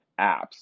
apps